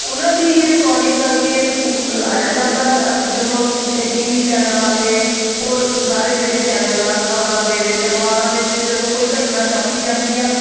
ਉਹਨਾਂ ਦੀ ਹੀ ਰਿਕੋਰਡਿੰਗ ਕਰਕੇ ਇਸ ਲਾਇਆ ਜਾਂਦਾ ਜਦੋਂ ਇਹ ਟੀ ਵੀ ਚੈਨਲਾਂ 'ਤੇ ਹੋਰ ਸਾਰੇ ਜਿਹੜੇ ਚੈਨਲ ਆ ਖਬਰਾਂ ਦੇ ਵਿੱਚ ਅਖਬਾਰਾਂ ਦੇ ਵਿੱਚ ਜਦੋਂ ਕੋਈ ਘਟਨਾ ਛਾਪੀ ਜਾਂਦੀ ਆ